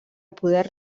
poder